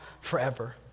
forever